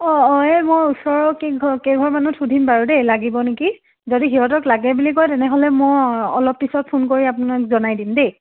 অ' অ' এই মোৰ ওচৰৰ কেই কেইঘৰমানত সুধিম বাৰু দেই লাগিব নেকি যদি সিহঁতক লাগে বুলি কয় তেনেহ'লে মই অলপ পিছত ফোন কৰি আপোনাক জনাই দিম দেই